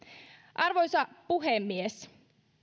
arvoisa puhemies